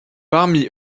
parmi